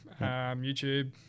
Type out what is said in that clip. youtube